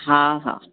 हा हा